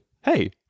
hey